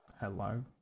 hello